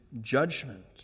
judgment